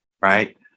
right